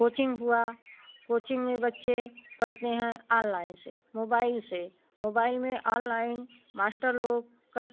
coaching हुआ coaching में बच्चे पढ़ते हैं आनलाइन से मोबाइल से मोबाइल में आनलाइन मास्टर लोग